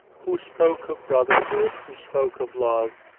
who spoke of brotherhood? who spoke of love?